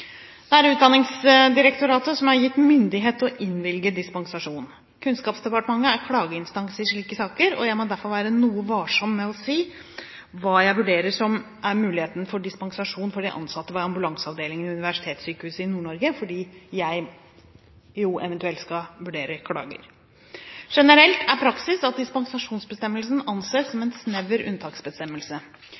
Det er Utdanningsdirektoratet som er gitt myndighet til å innvilge dispensasjon. Kunnskapsdepartementet er klageinstans i slike saker. Jeg må derfor være noe varsom med å si hvordan jeg vurderer muligheten for dispensasjon for de ansatte ved ambulanseavdelingen ved Universitetssykehuset Nord-Norge – jeg skal jo eventuelt vurdere klager. Generelt er praksis at dispensasjonsbestemmelsen anses som en snever unntaksbestemmelse.